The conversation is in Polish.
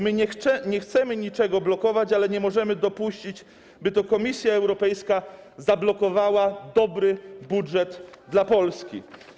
My nie chcemy niczego blokować, ale nie możemy dopuścić, by to Komisja Europejska zablokowała dobry budżet dla Polski.